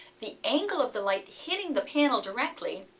the angle of the light hitting the panel directly,